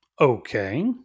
Okay